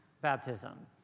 baptism